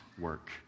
work